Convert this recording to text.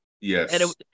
Yes